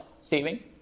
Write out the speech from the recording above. saving